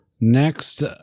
Next